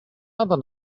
other